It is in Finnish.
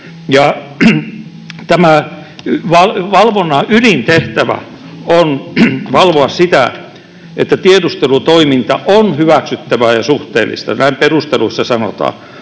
ja tämän valvonnan ydintehtävä on valvoa, että ”tiedustelutoiminta on hyväksyttävää ja suhteellista” — näin perusteluissa sanotaan